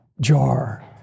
jar